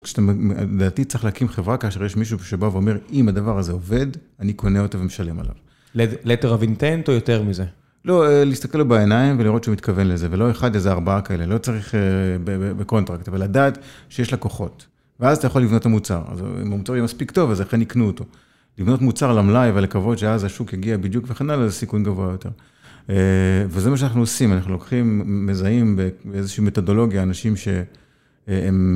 כשאתה, לדעתי, צריך להקים חברה כאשר יש מישהו שבא ואומר, אם הדבר הזה עובד, אני קונה אותו ומשלם עליו. לטר אבינטנט או יותר מזה? לא, להסתכל עליו בעיניים ולראות שהוא מתכוון לזה, ולא אחד, איזה ארבעה כאלה, לא צריך בקונטרקט, אבל לדעת שיש לקוחות. ואז אתה יכול לבנות המוצר. אז אם המוצר יהיה מספיק טוב, אז לכן יקנו אותו. לבנות מוצר למלאי, ולקוות שאז השוק יגיע בדיוק וכן הלאה, זה סיכון גבוה יותר. וזה מה שאנחנו עושים, אנחנו לוקחים מזהים באיזושהי מתודולוגיה, אנשים שהם...